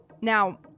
now